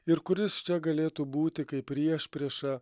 ir kuris čia galėtų būti kaip priešprieša